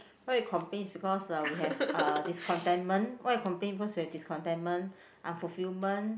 why you complain is because uh we have uh discontentment why we complain is because we have discontentment unfulfillment